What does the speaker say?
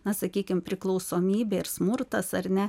na sakykim priklausomybė ir smurtas ar ne